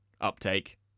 uptake